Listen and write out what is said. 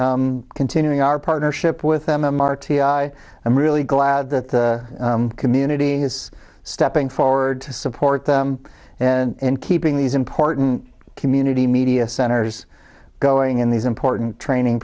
to continuing our partnership with them r t i i'm really glad that the community is stepping forward to support them and keeping these important community media centers going in these important training